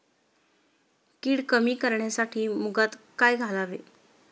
कीड कमी करण्यासाठी मुगात काय घालावे?